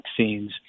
vaccines